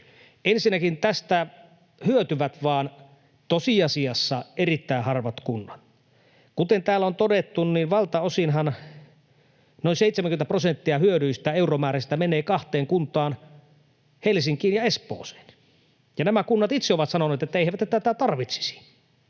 Ensinnäkin, tästä hyötyvät tosiasiassa vain erittäin harvat kunnat. Kuten täällä on todettu, valtaosinhan, noin 70 prosenttia, euromääräiset hyödyt menevät kahteen kuntaan: Helsinkiin ja Espooseen. Ja nämä kunnat itse ovat sanoneet, että eivät he tätä tarvitsisi.